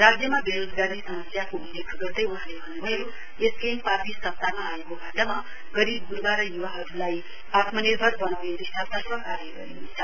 राज्यमा बेरोजगारी समस्याको उल्लेख गर्दै वहाँले भन्न्भयो एसकेएम पार्टी सतामा आएको खण्डमा गरीब गुर्वा र युवाहरूलाई आत्मनिर्भर बनाउने दिशातर्फ कार्य गरिरहेछ